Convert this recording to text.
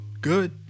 good